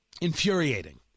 infuriating